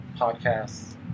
podcasts